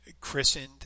christened